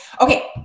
Okay